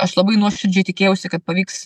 aš labai nuoširdžiai tikėjausi kad pavyks